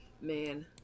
Man